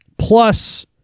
Plus